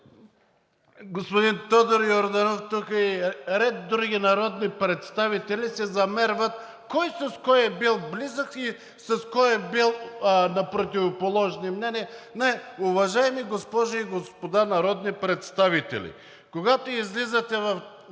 това е много